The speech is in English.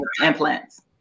implants